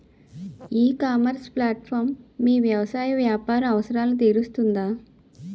ఈ ecommerce platform మీ వ్యవసాయ వ్యాపార అవసరాలను తీరుస్తుందా?